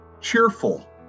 cheerful